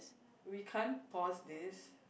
we can't pause this